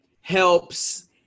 helps